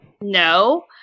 no